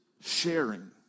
sharing